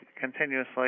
continuously